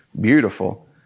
beautiful